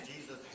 Jesus